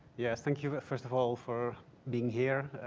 yeah, thank you. first of all for being here.